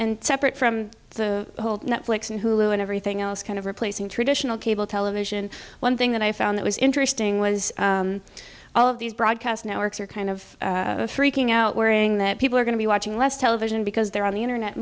and separate from the whole netflix and hulu and everything else kind of replacing traditional cable television one thing that i found that was interesting was all of these broadcast networks are kind of freaking out worrying that people are going to be watching less television because they're on the internet